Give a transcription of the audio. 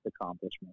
accomplishment